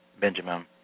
Benjamin